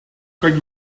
kan